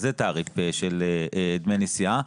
זה תעריף של דמי נסיעה.